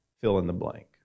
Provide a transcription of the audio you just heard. fill-in-the-blank